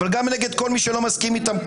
אבל גם כנגד כל מי שלא מסכים איתם,